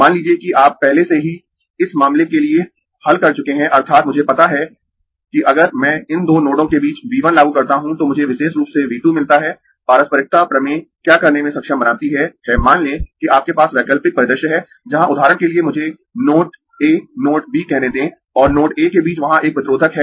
मान लीजिए कि आप पहले से ही इस मामले के लिए हल कर चुके है अर्थात् मुझे पता है कि अगर मैं इन दो नोडों के बीच V 1 लागू करता हूं तो मुझे विशेष रूप से V 2 मिलता है पारस्परिकता प्रमेय क्या करने में सक्षम बनाती है है मान लें कि आपके पास वैकल्पिक परिदृश्य है जहां उदाहरण के लिए मुझे नोड a नोड b कहने दें और नोड a के बीच वहां एक प्रतिरोधक है